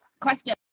Question